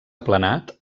aplanat